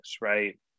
right